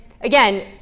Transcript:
again